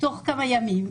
פלא פלאים,